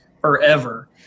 forever